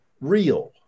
real